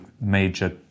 major